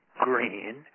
green